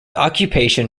occupation